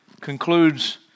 concludes